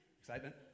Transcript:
Excitement